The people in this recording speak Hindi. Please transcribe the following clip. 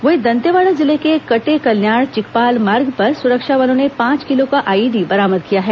वहीं दंतेवाड़ा जिले के कटेकल्याण चिकपाल मार्ग पर सुरक्षा बलों ने पांच किलो का आईईडी बरामद किया है